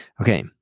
Okay